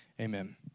Amen